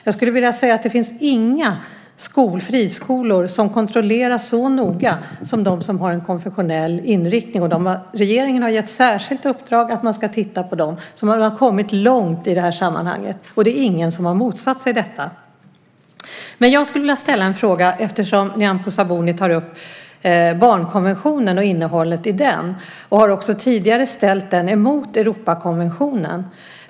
Jag skulle vilja säga att det inte finns några friskolor som kontrolleras så noga som de som har en konfessionell inriktning. Regeringen har gett ett särskilt uppdrag att man ska titta på dem. Man har alltså kommit långt i sammanhanget, och det är ingen som har motsatt sig detta. Jag skulle vilja ställa en fråga eftersom Nyamko Sabuni tar upp barnkonventionen och innehållet i den. Hon har också tidigare ställt den emot Europakonventionen.